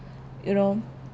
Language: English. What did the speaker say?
you know